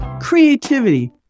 creativity